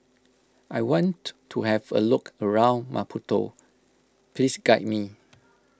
I want to have a look around Maputo please guide me